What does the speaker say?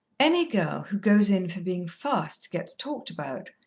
any girl who goes in for being fast gets talked about,